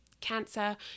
cancer